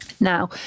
Now